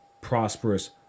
prosperous